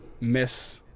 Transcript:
miss